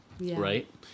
Right